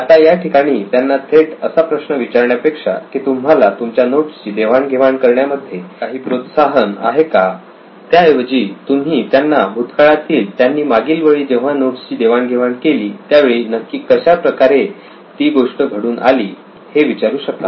आता या ठिकाणी त्यांना थेट असा प्रश्न विचारण्यापेक्षा की तुम्हाला तुमच्या नोट्स ची देवाण घेवाण करण्यामध्ये काही प्रोत्साहन आहे का त्या ऐवजी तुम्ही त्यांना भूतकाळातील त्यांनी मागील वेळी जेव्हा नोट्सची देवाण घेवाण केली त्यावेळी नक्की कशा प्रकारे ती गोष्ट घडून आली हे विचारू शकता